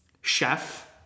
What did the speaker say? Chef